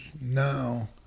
now